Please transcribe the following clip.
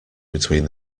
between